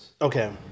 okay